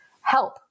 help